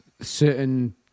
certain